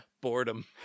boredom